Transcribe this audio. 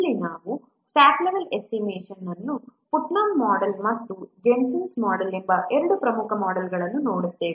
ಇಲ್ಲಿ ನಾವು staff level ಎಸ್ಟಿಮೇಷನ್ನ ಪುಟ್ನಮ್ನ ಮೋಡೆಲ್Putnam's model ಮತ್ತು ಜೆನ್ಸನ್ ಮೋಡೆಲ್Jensen's model ಎಂಬ ಎರಡು ಪ್ರಮುಖ ಮೋಡೆಲ್ಗಳನ್ನು ನೋಡುತ್ತೇವೆ